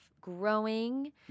growing